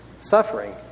suffering